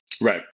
Right